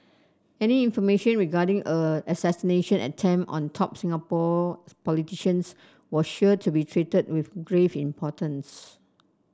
any information regarding a assassination attempt on top Singapore politicians was sure to be treated with grave importance